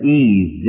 ease